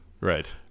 Right